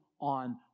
on